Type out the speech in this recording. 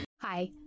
Hi